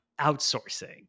outsourcing